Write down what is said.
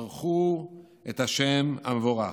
"ברכו את ה' המבורך",